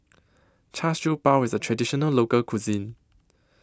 Char Siew Bao IS A Traditional Local Cuisine